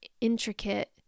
intricate